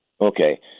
Okay